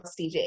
DJ